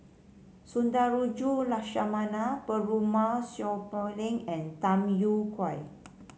Sundarajulu Lakshmana Perumal Seow Poh Leng and Tham Yui Kai